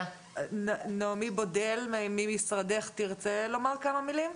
נעמי בודל ממשרדך תרצה לומר כמה מילים?